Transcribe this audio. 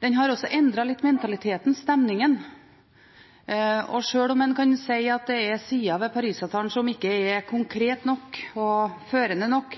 den har også endret mentaliteten, stemningen, litt. Sjøl om en kan si at det er sider ved Paris-avtalen som ikke er konkrete nok og førende nok,